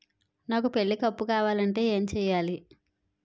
నాకు పెళ్లికి అప్పు కావాలంటే ఏం చేయాలి?